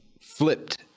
flipped